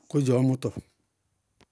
Kʋdzɔɔ mʋtɔ.